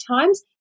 times